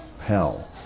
hell